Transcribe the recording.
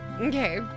Okay